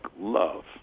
love